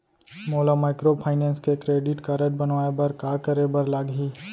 मोला माइक्रोफाइनेंस के credit card बनवाए बर का करे बर लागही?